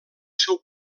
seu